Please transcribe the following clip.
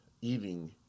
eating